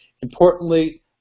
Importantly